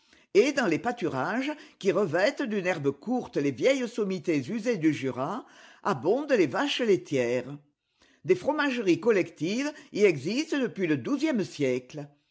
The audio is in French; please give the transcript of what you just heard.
et dans les pâturages des qui revêtent d'une herbe courte les vieilles sommités usées du jura abondent les vaches laitières des fromageries collectives y existent depuis le douzième siècle